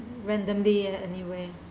randomly anywhere